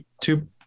two